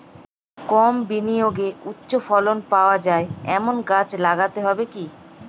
কম বিনিয়োগে উচ্চ ফলন পাওয়া যায় এমন গাছ লাগাতে হবে কি?